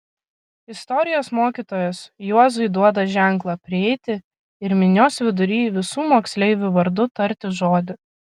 istorijos mokytojas juozui duoda ženklą prieiti ir minios vidury visų moksleivių vardu tarti žodį